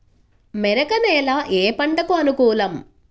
మెరక నేల ఏ పంటకు అనుకూలం?